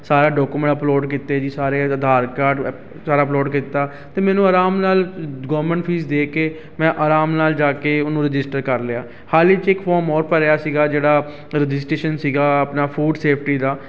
ਸਾਰਾ document upload ਕੀਤੇ ਜੀ ਸਾਰੇ ਆਧਾਰ ਕਾਰਡ ਸਾਰਾ ਅਪਲੋਡ ਕੀਤਾ ਅਤੇ ਮੈਨੂੰ ਅਰਾਮ ਨਾਲ ਗੌਮਿੰਟ ਫੀਸ ਦੇ ਕੇ ਮੈਂ ਅਰਾਮ ਨਾਲ ਜਾ ਕੇ ਉਹਨੂੰ ਰਜਿਸਟਰ ਕਰ ਲਿਆ ਹਾਲ ਹੀ 'ਚ ਇੱਕ ਫੋਮ ਹੋਰ ਭਰਿਆ ਸੀਗਾ ਜਿਹੜਾ ਰਜਿਸਟਰੇਸ਼ਨ ਸੀਗਾ ਆਪਣਾ ਫੂਡ ਸੇਫਟੀ ਦਾ